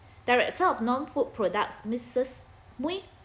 director of non food products missus ooi